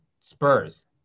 Spurs